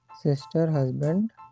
Sister-husband